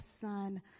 Son